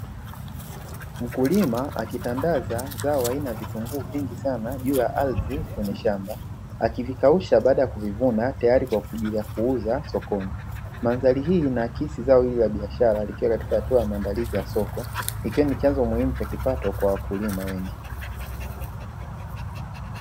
Mkulima akitandaza zao aina vitunguu vingi sana juu ya ardhi kwenye shamba, akivikausha baada ya kuvivuna tayari kwa ajili ya kuuza sokoni, mandhari hii inaakisi zao hili la biashara likiwa katika hatua ya maandalizi ya soko ikiwa ni chanzo muhimu cha kipato kwa wakulima wengi.